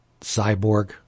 cyborg